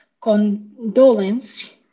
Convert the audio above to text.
condolence